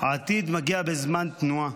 העתיד מגיע בזמן תנועה.